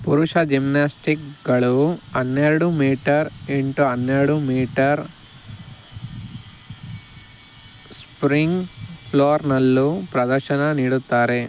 ಪುರುಷ ಜಿಮ್ನಾಸ್ಟಿಕ್ಗಳು ಹನ್ನೆರಡು ಮೀಟರ್ ಇನ್ ಟು ಹನ್ನೆರಡು ಮೀಟರ್ ಸ್ಪ್ರಿಂಗ್ ಫ್ಲೋರ್ನಲ್ಲೂ ಪ್ರದರ್ಶನ ನೀಡುತ್ತಾರೆ